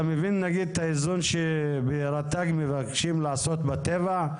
אתה מבין את האיזון שרט"ג מבקשים לעשות בטבע?